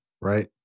Right